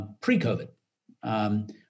pre-COVID